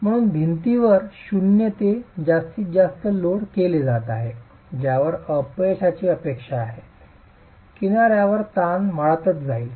म्हणून भिंतीवर 0 ते जास्तीत जास्त लोड केले जात आहे ज्यावर अपयशाची अपेक्षा आहे किनार्यावरील तणाव वाढतच जाईल